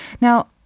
Now